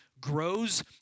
grows